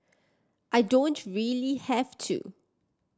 I don't really have to